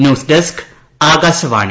news desk Akashvani